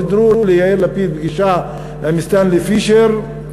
סידרו ליאיר לפיד פגישה עם סטנלי פישר,